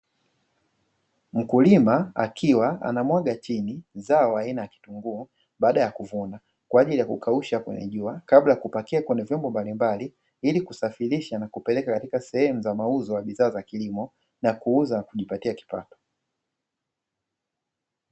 Mkulima akiwa anamwaga chini zao aina ya kitunguu baada ya kuvuna, kwa ajili ya kukausha kwenye jua kabla ya kupakia kwenye vyombo mbalimbali, ili kusafirisha na kupeleka katika sehemu za mauzo ya bidhaa za kilimo na kuuza na kujipatia kipato.